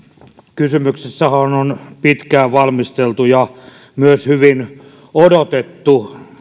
kysymyksessähän on pitkään valmisteltu ja myös hyvin odotettu